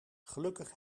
gelukkig